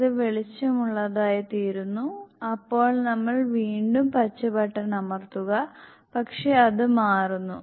ഇത് വെളിച്ചമുള്ളതായിത്തീരുന്നു അപ്പോൾ നമ്മൾ വീണ്ടും പച്ച ബട്ടൺ അമർത്തുക പക്ഷേ അത് മാറുന്നു